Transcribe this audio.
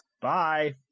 bye